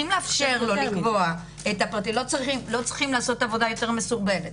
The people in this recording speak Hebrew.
לעשות עבודה יותר מסורבלת,